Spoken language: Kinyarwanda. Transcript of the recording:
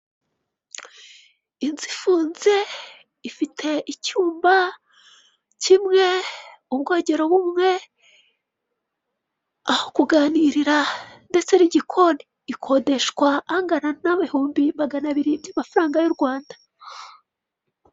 Inzu ifunze ifite icyumba kimwe, ubwogero bumwe, aho kuganirira ndetse n'igikoni, ikodeshwa angana n'ibihumbi magana abiri y'amafaranga y'u Rwanda.